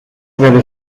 werden